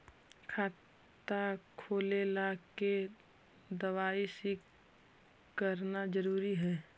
खाता खोले ला के दवाई सी करना जरूरी है?